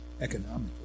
economically